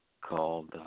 called